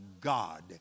God